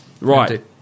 Right